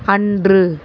அன்று